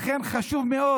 לכן חשוב מאוד